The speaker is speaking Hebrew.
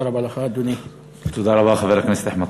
תודה רבה לך, אדוני.